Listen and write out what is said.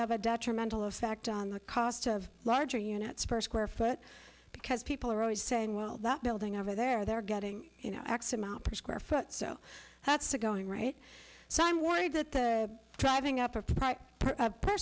have a detrimental effect on the cost of larger units per square foot because people are always saying well that building over there they're getting you know x amount per square foot so that's going right so i'm worried that driving up